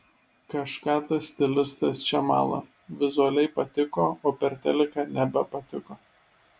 kažką tas stilistas čia mala vizualiai patiko o per teliką nebepatiko